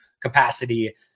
capacity